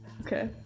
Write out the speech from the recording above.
Okay